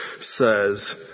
says